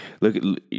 Look